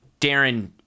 Darren